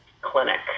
clinic